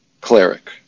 cleric